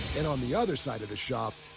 and on the other side of the shop,